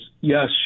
yes